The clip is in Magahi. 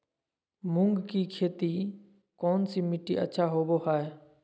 मूंग की खेती कौन सी मिट्टी अच्छा होबो हाय?